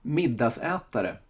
middagsätare